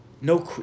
no